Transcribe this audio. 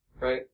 right